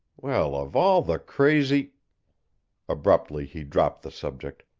well of all the crazy abruptly he dropped the subject.